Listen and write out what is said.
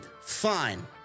fine